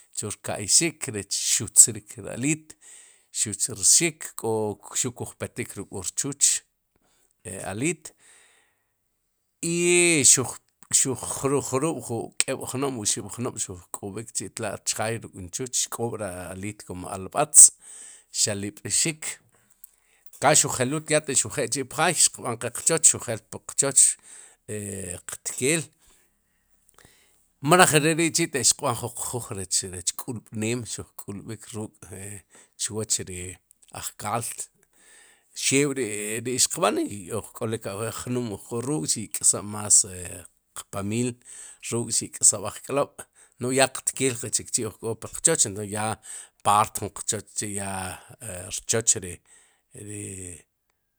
Chu rka'yxik rech xutzrik ri aliit sutzrxik kó xuq kuj petik ruuk'wu rchuch aliit, i xuj xuj jyu ju k'eeb'jnob'mu oxib' jnob'xuj k'ob'ik chi'tla'chjaay ruk' nchuch xk'ob'ri aliit kom alb'atz xalb'xik tkaal xujelul ya taq xu jel k'chi' pjaay xiq b'an qe qchoch xu jel qe pqchoch e qtkeel mroj re ri'chi'tek xiq b'an jun qjuuj rech rech k'ulb'neen xuj k'ulb'ik ruuk' e chwoch ri ajkaalt xew ri'riq b'an i uj k'olik ajwi' jnum uj k'o ruuk'xi' k'sob'más pamiil ruk'xi'ksob'ajk'lob'nu'j ya qtkeek qe chikchi' uj k'o puq choch ento ya paart jun qchoch chi'ya e qchoch ri ri.